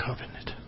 covenant